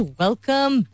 welcome